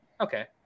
okay